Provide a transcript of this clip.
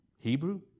Hebrew